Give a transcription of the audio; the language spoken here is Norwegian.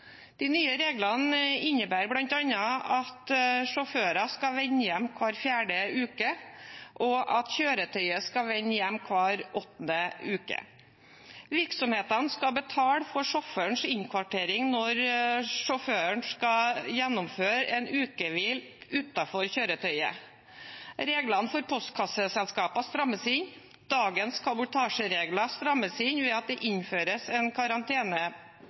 De nye reglene innebærer bl.a. at sjåfører skal vende hjem hver fjerde uke, og at kjøretøyet skal vende hjem hver åttende uke. Virksomhetene skal betale for sjåførens innkvartering når sjåføren skal gjennomføre en ukehvil utenfor kjøretøyet. Reglene for postkasseselskaper strammes inn. Dagens kabotasjeregler strammes inn ved at det innføres en